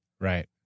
Right